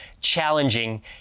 challenging